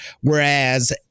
Whereas